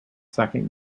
second